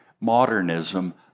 modernism